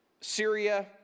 Syria